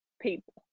people